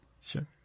Sure